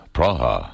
Praha